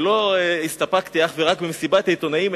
ולא הסתפקתי אך ורק במסיבת העיתונאים,